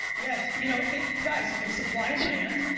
yeah, it's, you know, it, guys, it's supply and demand,